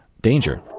danger